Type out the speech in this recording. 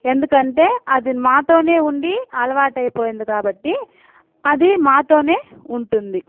ఎందుకంటే అది మాతోనే ఉండి అలవాటైపోయింది కాబట్టి అది మాతోనే ఉంటుంది